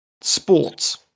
sports